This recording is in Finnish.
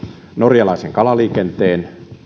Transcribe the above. norjalaisen kalaliikenteen